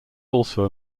also